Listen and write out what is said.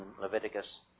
Leviticus